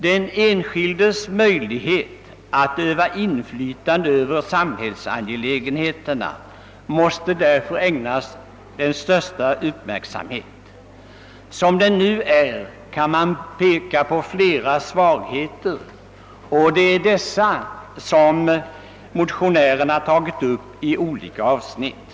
Den enskildes möjlighet att öva inflytande över samhällsangelägenheterna måste därför ägnas den största uppmärksamhet. Med nuvarande förhållanden finns flera svagheter och det är dessa som motionärerna tagit upp i olika avsnitt.